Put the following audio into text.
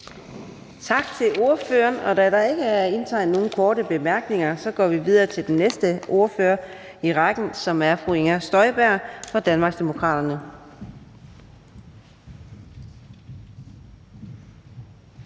Tak til ordføreren. Da der ikke er indtegnet nogen til korte bemærkninger, går vi videre til den næste ordfører i rækken, som er fru Inger Støjberg fra Danmarksdemokraterne.